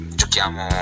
giochiamo